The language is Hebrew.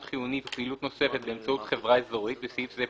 חיונית ופעילות נוספת באמצעות חברה אזורית (בסעיף זה,